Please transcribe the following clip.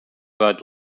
but